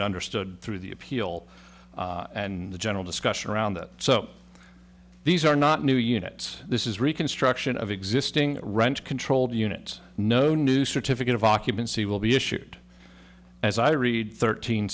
understood through the appeal and the general discussion around that so these are not new units this is reconstruction of existing rent controlled units no new certificate of occupancy will be issued as i read thirteen